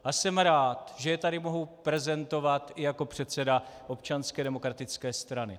A jsem rád, že je tady mohu prezentovat jako předseda Občanské demokratické strany.